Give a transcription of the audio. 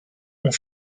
ont